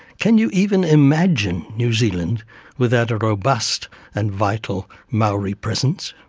can you even imagine new zealand without a robust and vital maori presence?